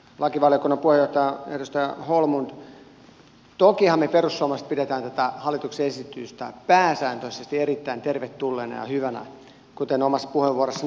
lakivaliokunnan puheenjohtaja edustaja holmlund tokihan me perussuomalaiset pidämme tätä hallituksen esitystä pääsääntöisesti erittäin tervetulleena ja hyvänä kuten omassa puheenvuorossani mainitsin nämä hyvät positiiviset vaikutukset